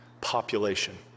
population